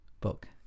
book